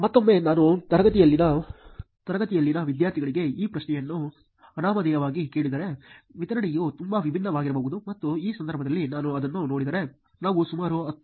ಮತ್ತೊಮ್ಮೆ ನಾನು ತರಗತಿಯಲ್ಲಿನ ವಿದ್ಯಾರ್ಥಿಗಳಿಗೆ ಈ ಪ್ರಶ್ನೆಯನ್ನು ಅನಾಮಧೇಯವಾಗಿ ಕೇಳಿದರೆ ವಿತರಣೆಯು ತುಂಬಾ ವಿಭಿನ್ನವಾಗಿರಬಹುದು ಮತ್ತು ಈ ಸಂದರ್ಭದಲ್ಲಿ ನಾವು ಅದನ್ನು ನೋಡಿದರೆ ನಾವು ಸುಮಾರು 10